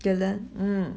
dylan mm